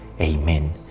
Amen